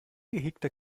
gehegter